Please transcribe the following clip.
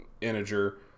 integer